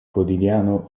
quotidiano